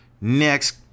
Next